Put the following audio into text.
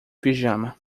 pijama